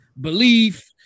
belief